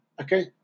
okay